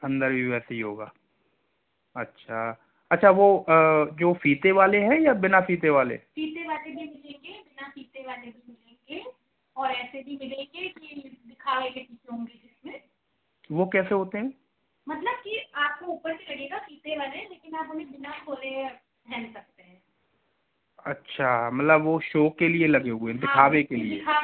अंदर भी वैसे ही होगा अच्छा अच्छा वो जो फ़ीते वाले हैं या बिना फ़ीते वाले फ़ीते वाले भी मिलेंगे बिना फ़ीते वाले भी मिलेंगे और ऐसे भी मिलेंगे कि दिखावे के जूते होंगे वो कैसे होते हैं मतलब कि आपको ऊपर से ऐसे लगेगा फ़ीते वाले हैं लेकिन आप उन्हें बिना खोले पहन सकते हैं अच्छा मतलब वो शो के लिए लगे हुए हैं दिखावे के लिए हाँ दिखावे के लिए